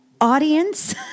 audience